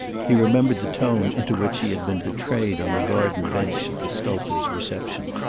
he remembered the tone into which he had been betrayed on the garden-bench at the sculptor's reception,